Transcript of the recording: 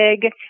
big